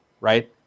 right